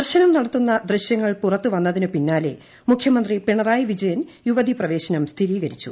ദർശനം നടത്തുന്ന ദൃശ്യങ്ങൾ പുറത്തുവന്നതിന് പിന്നാലെ മുഖ്യമന്ത്രി പിണറായി വിജയൻ യുവതി പ്രവേശനം സ്ഥിരീകരിച്ചു